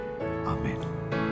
Amen